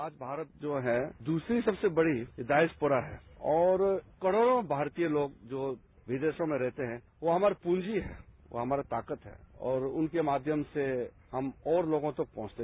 आज भारत जो है दूसरी सबसे बड़ी डायसपोत्रा है और करोड़ों भारतीयतोग जो विदेशों में रहते हैं यो हमारी प्रंजी हैं यो हमारी ताकत है और उनके माध्यमसे हम और लोगों तक पहुंचते हैं